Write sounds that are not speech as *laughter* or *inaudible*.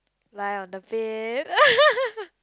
lie on the bed *laughs*